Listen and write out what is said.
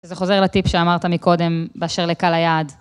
זה חוזר לטיפ שאמרת מקודם, באשר לקל היעד.